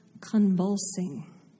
convulsing